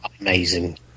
Amazing